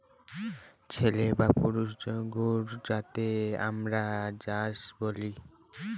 ছেলে বা পুরুষ গোরু যাকে আমরা ষাঁড় বলি